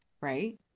right